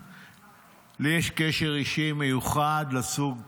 לי יש קשר אישי מיוחד לזוג סיגל,